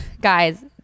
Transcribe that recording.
guys